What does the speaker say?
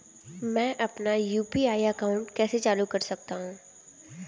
मैं अपना UPI account कैसे चालू कर सकता हूँ?